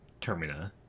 Termina